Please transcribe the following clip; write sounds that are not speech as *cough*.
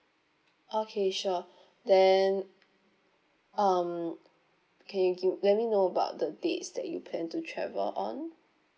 okay sure *breath* then um can you give let me know about the dates that you plan to travel on